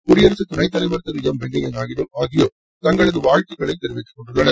குடியரசுத் துணைத்தலைவர் திரு எம் வெங்கையா நாயுடு ஆகியோர் தங்களது வாழ்த்துக்களை தெரிவித்துக்கொண்டுள்ளனர்